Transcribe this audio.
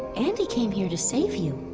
andi came here to save you.